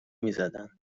میزدن